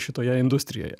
šitoje industrijoje